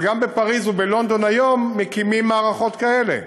אבל גם בפריז ובלונדון היום מקימים מערכות כאלה.